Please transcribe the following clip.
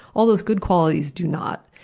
all those good qualities do not.